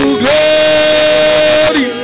glory